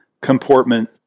comportment